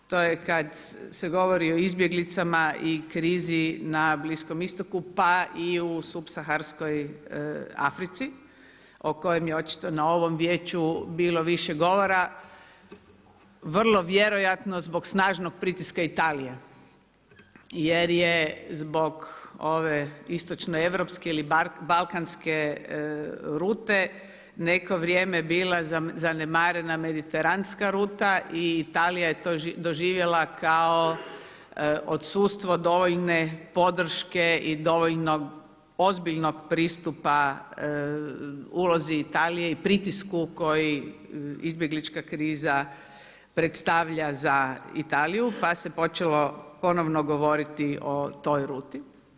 To je kad se govori o izbjeglicama i krizi na Bliskom istoku pa i u subsaharskoj Africi o kojem je očito na ovom Vijeću bilo više govora vrlo vjerojatno zbog snažnog pritiska Italije jer je zbog ove istočnoeuropske ili balkanske rute neko vrijeme bila zanemarena mediteranska ruta i Italija je to doživjela kao odsustvo dovoljne podrške i dovoljno ozbiljnog pristupa ulozi Italije i pritisku koji izbjeglička kriza predstavlja za Italiju, pa se počelo ponovno govoriti o toj ruti.